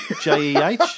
J-E-H